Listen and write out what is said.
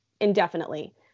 indefinitely